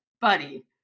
buddy